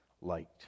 liked